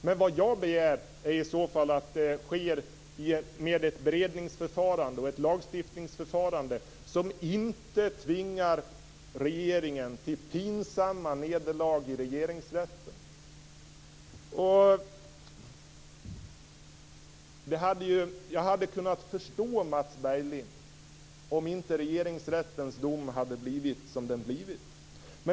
Men vad jag begär är att det i så fall sker med ett beredningsförfarande och ett lagstiftningsförfarande som inte tvingar regeringen till pinsamma nederlag i regeringsrätten. Jag hade kunnat förstå Mats Berglind om inte regeringsrättens dom hade blivit som den blev.